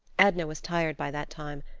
edna was tired by that time,